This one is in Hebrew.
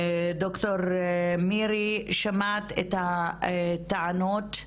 דוקטור מירי שמעת את הטענות,